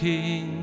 King